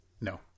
No